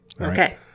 Okay